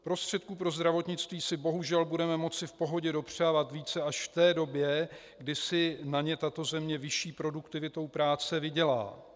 Prostředků pro zdravotnictví si bohužel budeme moci v pohodě dopřávat více až v té době, kdy si na ně tato země vyšší produktivitou práce vydělá.